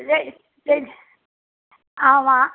சரி சரி ஆமாம்